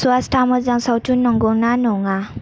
स्वाता मोजां सावथुन नोंगौ ना नङा